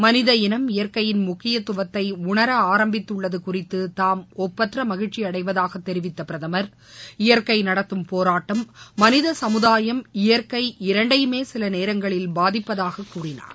மனித இனம் இயற்கையின் முக்கியத்துவத்தை உணர ஆரம்பித்துள்ளது குறித்து தாம் ஒப்பற்ற மகிழ்ச்சி அடைவதாக தெரிவித்த பிரதமர் இயற்கை நடத்தும் போராட்டம் மனித சமுதாயம் இயற்கை இரண்டையுமே சில நேரங்களில் பாதிப்பதாக கூறினார்